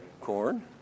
Corn